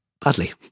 badly